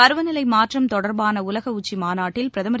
பருவநிலைமாற்றம் தொடர்பானஉலகஉச்சிமாநாட்டில் பிரதமர்